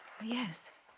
Yes